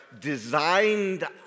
designed